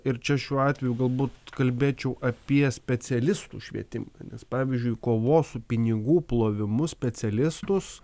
ir čia šiuo atveju gal būt kalbėčiau apie specialistų švietimą nes pavyzdžiui kovos su pinigų plovimu specialistus